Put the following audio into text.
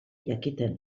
jakiten